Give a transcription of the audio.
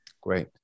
Great